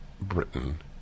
Britain